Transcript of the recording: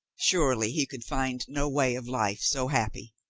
surely he could find no way of life so happy.